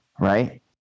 right